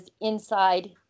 inside